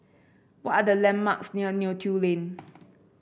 what are the landmarks near Neo Tiew Lane